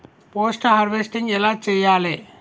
Post harvesting ఎలా చెయ్యాలే?